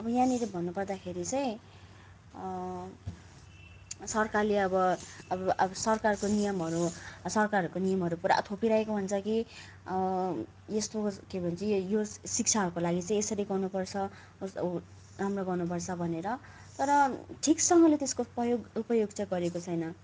अब यहाँनिर भन्नुपर्दा चाहिँ सरकारले अब अब अब सरकारको नियमहरू सरकारहरूको नियमहरू पुरा थोपिरहेको हुन्छ कि यस्तो होस् के भन्छ यस शिक्षाहरूको लागि चाहिँ यसरी गर्नुपर्छ होस् अब राम्रो गर्नुपर्छ भनेर तर ठिकसँगले त्यसको प्रयोग उपयोग चाहिँ गरेको छैन